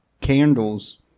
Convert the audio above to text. candles